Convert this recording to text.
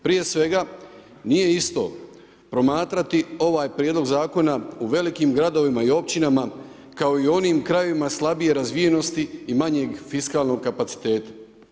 Prije svega, nije isto promatrati ovaj prijedlog zakona u velikim gradovima i općinama kao i onim krajevima slabije razvijenosti i manjeg fiskalnog kapaciteta.